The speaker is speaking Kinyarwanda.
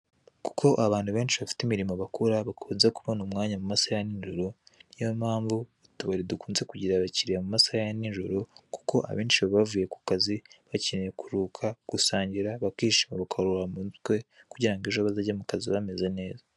Kuko abantu benshi bafite imirimo bakora bakunze kubona umwanya mu masaha ya nijoro, niyo mpamvu utubari dukunze kugira abakiliya mu masaha ya nijoro kuko abenshi baba bavuye ku kazi bakeneye kuruhuka, gusangira bakishima bakuruhura mu mutwe kugira ngo ejo bazajye mu kazi bameze neza.